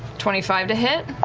twenty five to hit.